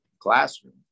classroom